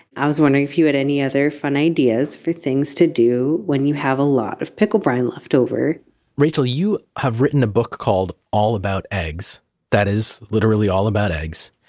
i was wondering if you had any other fun ideas for things to do when you have a lot of pickle brine left over rachel, you have written a book called all about eggs that is literally all about eggs,